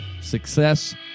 success